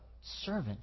servant